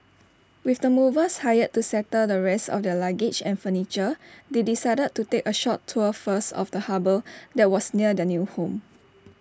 with the movers hired to settle the rest of their luggage and furniture they decided to take A short tour first of the harbour that was near their new home